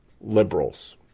liberals